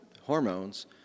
hormones